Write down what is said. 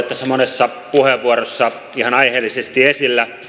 tässä monessa puheenvuorossa ihan aiheellisesti esillä